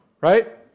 Right